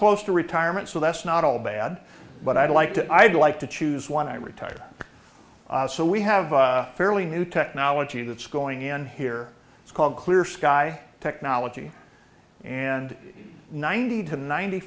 close to retirement so that's not all bad but i'd like to i'd like to choose when i retire so we have a fairly new technology that's going in here it's called clear sky technology and ninety to ninety